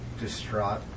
distraught